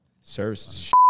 Services